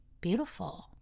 beautiful